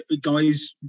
guys